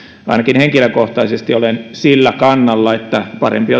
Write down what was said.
ainakin henkilökohtaisesti olen sillä kannalla että parempi